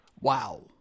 Wow